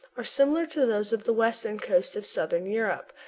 are similar to those of the western coast of southern europe.